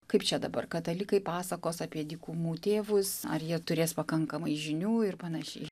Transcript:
kaip čia dabar katalikai pasakos apie dykumų tėvus ar jie turės pakankamai žinių ir panašiai